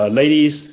ladies